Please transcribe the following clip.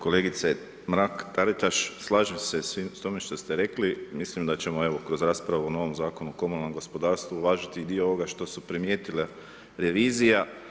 Kolegice Mrak-Taritaš slažem se s tim što ste rekli, mislim da ćemo kroz raspravu o novom Zakonu o komunalnom gospodarstvu uvažiti i dio ovoga što su primijetile revizija.